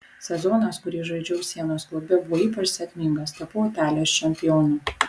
sezonas kurį žaidžiau sienos klube buvo ypač sėkmingas tapau italijos čempionu